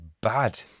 bad